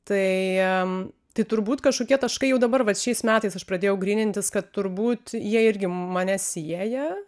tai jam tai turbūt kažkokie taškai jau dabar vat šiais metais aš pradėjau grynintis kad turbūt jie irgi mane sieja